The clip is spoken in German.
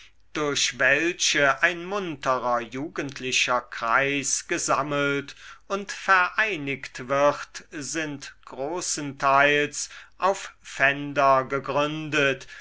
durch welche ein munterer jugendlicher kreis gesammelt und vereinigt wird sind großenteils auf pfänder gegründet